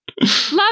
Love